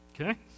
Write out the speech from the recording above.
Okay